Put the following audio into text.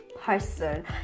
person